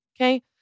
okay